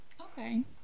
Okay